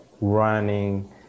running